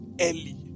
early